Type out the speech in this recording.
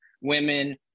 women